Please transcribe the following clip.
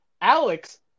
Alex